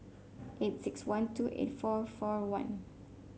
eight six one two eight four four one